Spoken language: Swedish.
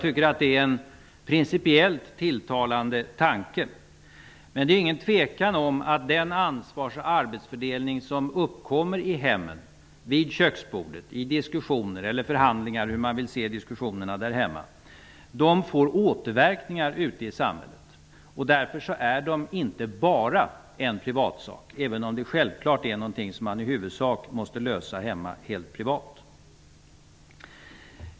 Det är principiellt en tilltalande tanke, men det råder inget tvivel om att ansvarsoch arbetsfördelningen i hemmen får återverkningar ute i samhället. Därför är detta inte bara en privatsak, även om det självfallet är någonting som i huvudsak måste lösas helt privat.